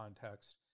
context